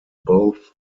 both